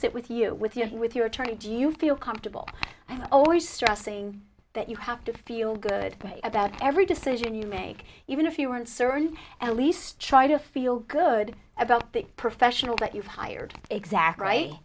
sit with you with your with your attorney do you feel comfortable i'm always stressing that you have to feel good about every decision you make even if you are uncertain at least try to feel good about the professional that you've hired exactly